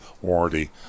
warranty